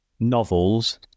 novels